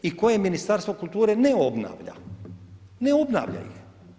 I koje Ministarstvo kulture ne obavlja, ne obavlja ih.